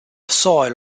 soil